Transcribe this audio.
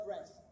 rest